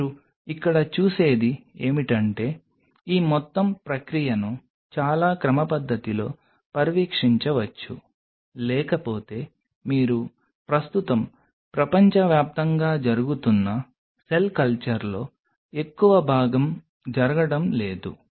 మీరు ఇక్కడ చూసేది ఏమిటంటే ఈ మొత్తం ప్రక్రియను చాలా క్రమపద్ధతిలో పర్యవేక్షించవచ్చు లేకపోతే మీరు ప్రస్తుతం ప్రపంచవ్యాప్తంగా జరుగుతున్న సెల్ కల్చర్లో ఎక్కువ భాగం జరగడం లేదు